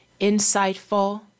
insightful